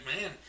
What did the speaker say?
man